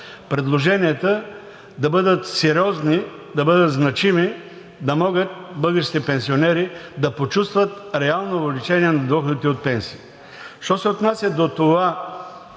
предложенията да бъдат сериозни, да бъдат значими, за да могат българските пенсионери да почувстват реално увеличение на доходите от пенсии. Що се отнася до това,